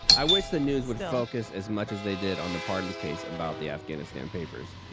i wish the news would focus as much as they did on the pardons case about the afghanistan papers,